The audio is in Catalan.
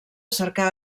cercar